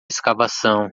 escavação